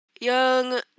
Young